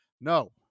No